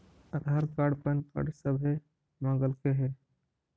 आधार card PAN card सभे मगलके हे?